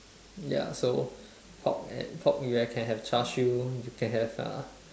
ya so pork and pork you ha~ can have char siew you can have uh